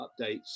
updates